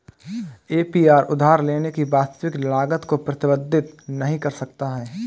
APR उधार लेने की वास्तविक लागत को प्रतिबिंबित नहीं कर सकता है